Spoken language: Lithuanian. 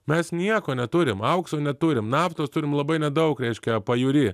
mes nieko neturim aukso neturim naftos turim labai nedaug reiškia pajūry